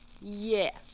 yes